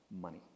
money